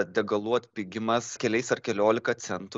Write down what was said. degalų atpigimas keliais ar keliolika centų